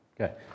Okay